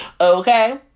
Okay